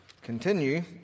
continue